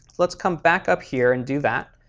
let's come back up here and do that.